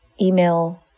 email